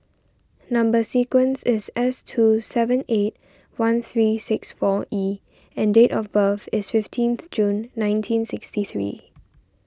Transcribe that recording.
Number Sequence is S two seven eight one three six four E and date of birth is fifteenth June nineteen sixty three